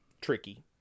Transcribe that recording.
tricky